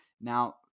Now